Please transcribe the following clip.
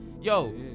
yo